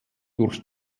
durch